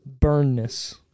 burnness